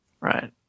Right